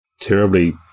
terribly